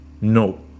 No